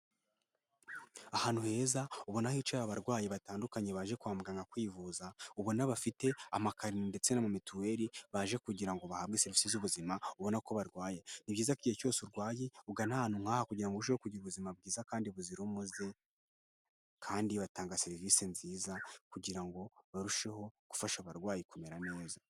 Ahantu heza ubona hicaye abarwayi batandukanye baje kwa muganga kwivuza ubona bafite amakarine ndetse na mituweli baje kugira bahabwe serivisi z'ubuzima, ubona ko barwaye. Ni byiza ko igihe cyose urwaye ugana ahantu nk'aha kugira ngo urusheho kugira ubuzima bwiza kandi buzira umuze, kandi batanga serivisi nziza kugirango barusheho gufasha abarwayi kumera neza.